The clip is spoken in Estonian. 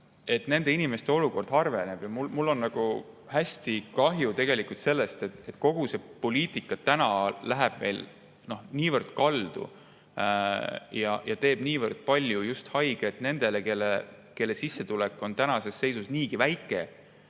nende inimeste olukord halveneb. Ja mul on hästi kahju, et kogu see poliitika täna läheb niivõrd kaldu ja teeb niivõrd palju just haiget nendele, kelle sissetulek on tänases seisus niigi väike.